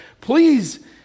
Please